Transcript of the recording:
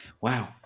wow